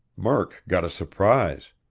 murk got a surprise.